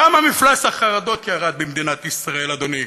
כמה ירד מפלס החרדות במדינת ישראל, אדוני,